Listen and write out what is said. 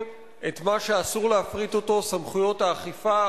אנחנו מההתחלה.